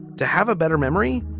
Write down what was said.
to have a better memory,